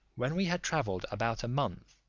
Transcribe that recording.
when we had travelled about a month,